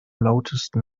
lautesten